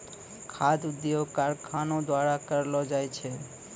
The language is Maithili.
खाद्य उद्योग कारखानो द्वारा करलो जाय छै